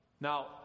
Now